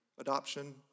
Adoption